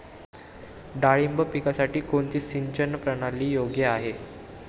डाळिंब पिकासाठी कोणती सिंचन प्रणाली योग्य आहे?